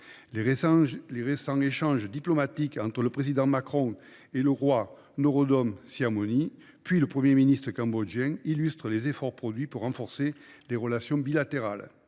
Les récents échanges diplomatiques entre le président Macron et le roi Norodom Sihamoni, puis le Premier ministre cambodgien, illustrent les efforts déployés pour renforcer nos relations bilatérales.